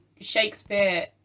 shakespeare